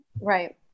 Right